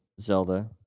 Zelda